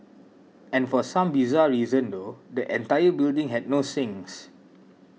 and for some bizarre reason though the entire building had no sinks